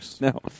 No